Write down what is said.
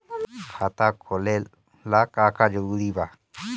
खाता खोले ला का का जरूरी बा?